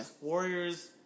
Warriors